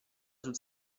sul